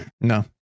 no